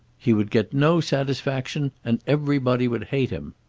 he would get no satisfaction, and everybody would hate him.